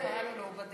קראנו לו,